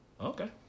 Okay